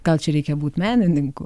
gal čia reikia būti menininku